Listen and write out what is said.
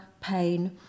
pain